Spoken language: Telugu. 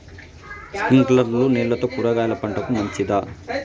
స్ప్రింక్లర్లు నీళ్లతో కూరగాయల పంటకు మంచిదా?